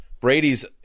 Brady's